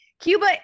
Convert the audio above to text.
Cuba